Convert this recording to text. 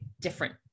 different